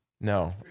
No